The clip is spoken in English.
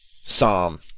Psalm